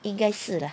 应该是 lah